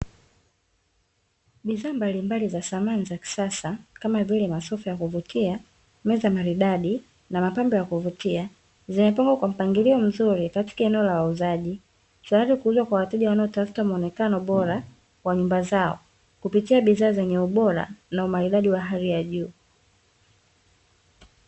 Bidhaa mbalilmbali za samani za kisasa kama vile masofa ya kuvutia, meza maridadi na mapambo ya kuvutia, zimepangwa kwa mpangilio mzuri katika eneo la wauzaji tayari kuuzwa kwa wateja wanaotafuta muonekano bora wa nyumba zao kupitia bidhaa zenye ubora na umaridadi wa hali ya juu.